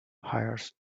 hires